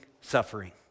suffering